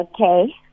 Okay